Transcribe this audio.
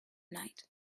night